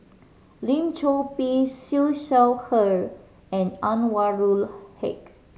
Lim Chor Pee Siew Shaw Her and Anwarul Haque